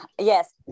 yes